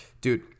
Dude